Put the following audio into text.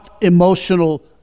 emotional